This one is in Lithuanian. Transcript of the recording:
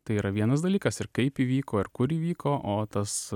tai yra vienas dalykas ir kaip įvyko ir kur įvyko o tas